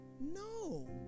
No